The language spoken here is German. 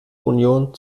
union